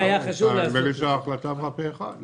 נדמה לי שההחלטה עברה פה אחד.